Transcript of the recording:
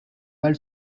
mal